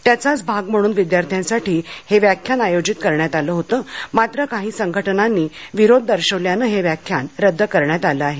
त्याचाच भाग म्हणून विद्यार्थ्यांसाठी हे व्याख्यान आयोजीत करण्यात आलं होतंमात्र काही संघटनांनी विरोध दर्शवल्याने हे व्याख्यान रद्द करण्यात आले आहे